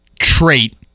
trait